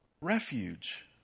refuge